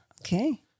Okay